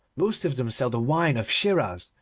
most of them sell the wine of schiraz,